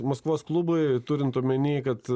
maskvos klubai turint omeny kad